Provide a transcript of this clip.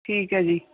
ਠੀਕ ਹੈ ਜੀ